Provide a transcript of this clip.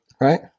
right